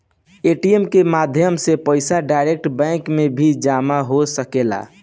ATM के माध्यम से पईसा डायरेक्ट बैंक में भी जामा हो सकेला